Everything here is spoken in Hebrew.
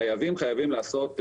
חייבים לעשות,